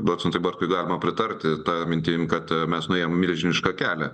docentui bartkui galima pritarti ta mintim kad mes nuėjom milžinišką kelią